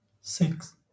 six